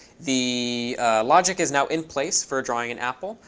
the logic is now in place for drawing an apple.